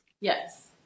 Yes